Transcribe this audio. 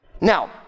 Now